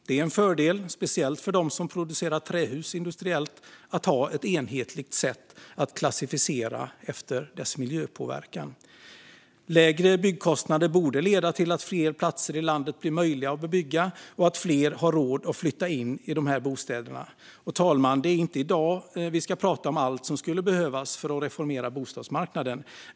Det är en fördel, speciellt för dem som producerar trähus industriellt, att ha ett enhetligt sätt att klassificera efter miljöpåverkan. Lägre byggkostnader borde leda till att fler platser i landet blir möjliga att bebygga och att fler har råd att flytta in i dessa bostäder. Fru talman! Det är inte i dag som vi ska prata om allt som skulle behövas för att reformera bostadsmarknaden.